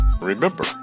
remember